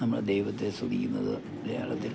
നമ്മൾ ദൈവത്തെ സ്തുതിക്കുന്നത് മലയാളത്തിൽ